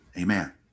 Amen